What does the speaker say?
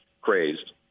crazed